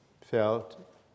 felt